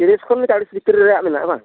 ᱛᱤᱨᱤᱥ ᱠᱷᱚᱱ ᱫᱚ ᱪᱚᱞᱞᱤᱥ ᱵᱷᱤᱛᱤᱨ ᱨᱮᱭᱟᱜ ᱢᱮᱱᱟᱜᱼᱟ ᱵᱟᱝ